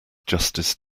justice